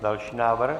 Další návrh.